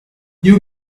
you